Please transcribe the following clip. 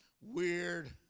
weird